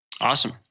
Awesome